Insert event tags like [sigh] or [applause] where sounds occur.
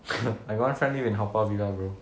[laughs] I got one friend live in haw par villa bro